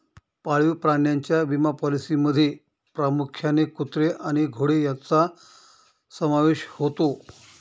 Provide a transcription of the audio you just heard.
पाळीव प्राण्यांच्या विमा पॉलिसींमध्ये प्रामुख्याने कुत्रे आणि घोडे यांचा समावेश होतो